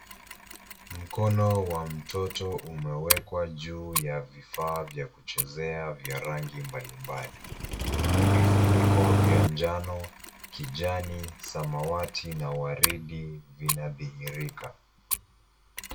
Mkono wa mtoto umewekwa juu ya vifaa vya kuchezea vya rangi mbalimbali. Vifuniko vya njano kijani samawati na waridi vinadhihirika.